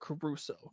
Caruso